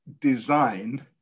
design